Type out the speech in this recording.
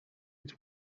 its